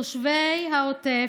תושבי העוטף,